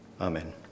Amen